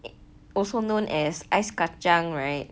also known as ice kacang right